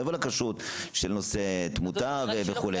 לא רק על הכשרות של נושא תמותה וכולי.